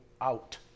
out